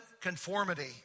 conformity